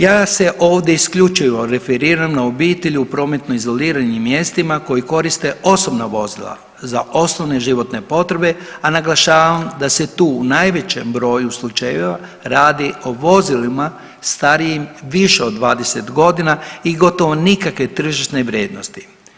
Ja se ovdje isključivo referiram na obitelj u prometno izoliranim mjestima koji koriste osobna vozila za osnovne životne potrebe, a naglašavam da se tu u najvećem broju slučajeva radi o vozilima starijim više od 20 godina i gotovo nikakve tržišne vrijednosti.